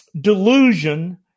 delusion